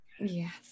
Yes